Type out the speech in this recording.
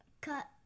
cut